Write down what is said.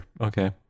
okay